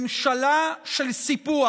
ממשלה של סיפוח,